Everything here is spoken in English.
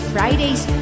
Fridays